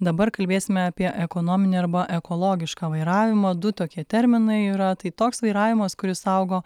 dabar kalbėsime apie ekonominį arba ekologišką vairavimą du tokie terminai yra tai toks vairavimas kuris saugo